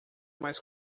mais